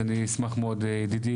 אז אני אשמח מאוד ידידי,